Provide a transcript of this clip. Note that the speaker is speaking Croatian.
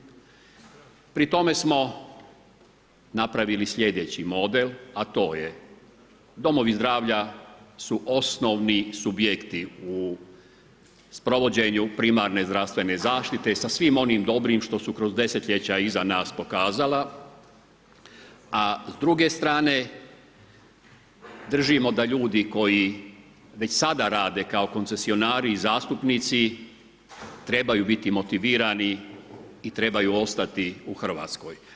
Pri tome smo napravili slijedeći model, a to je, domovi zdravlja su osnovni subjekti u sprovođenju primarne zdravstvene zaštite sa svim onim dobrim što su kroz desetljeća iza nas pokazala, a s druge strane držimo da ljudi koji već sada rade kao koncesionari i zastupnici trebaju biti motivirani i trebaju ostati u Hrvatskoj.